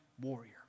warrior